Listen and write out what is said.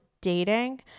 dating